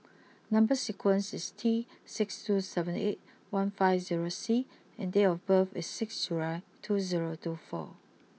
number sequence is T six two seven eight one five zero C and date of birth is six July two zero two four